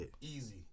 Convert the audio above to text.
Easy